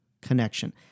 connection